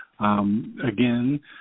Again